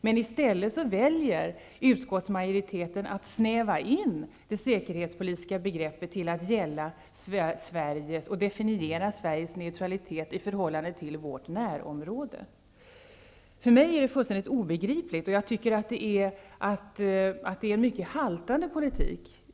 Men i stället väljer utskottsmajoriteten att snäva in det säkerhetspolitiska begreppet och definiera Sveriges neutralitet i förhållande till vårt närområde. För mig är detta fullständigt obegripligt, och jag tycker att det är en mycket haltande politik.